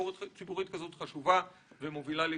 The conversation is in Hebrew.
שביקורת ציבורית כזאת חשובה ומובילה לשינוי.